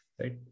right